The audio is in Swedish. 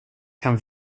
kan